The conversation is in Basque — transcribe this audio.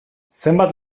zenbat